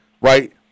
right